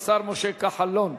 השר משה כחלון.